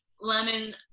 lemon